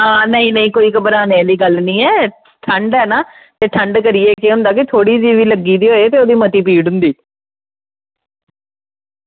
आं नेईं नेईं कोई घबराने आह्ली गल्ल निं ऐ ते ठंड ऐ ना ते केह् होंदा की ठंड च लग्गी दी होऐ ना ओह्दे च केह् होंदा की थोह्ड़ी जेही लग्गी दी होऐ ना ते मता पीड़ होंदी